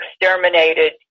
exterminated